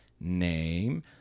name